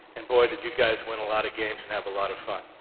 and, boy, did you guys win a lot of games and have a lot of fun.